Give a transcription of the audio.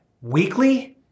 weekly